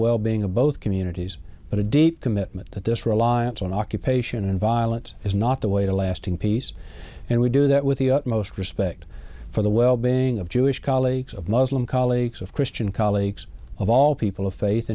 well being of both communities but a deep commitment that this reliance on occupation and violence is not the way to lasting peace and we do that with the utmost respect for the well being of jewish colleagues of muslim colleagues of christian colleagues of all people of faith